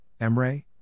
Emre